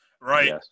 Right